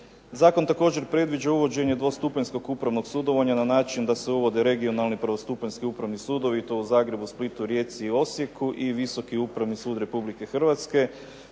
Zakon također predviđa uvođenje dvostupanjskog upravnog sudovanja na način da se uvode regionalni prvostupanjski upravni sudovi i to u Zagrebu, Splitu, Rijeci i Osijeku i Visoki upravni sud RH. Time će